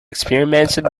experimented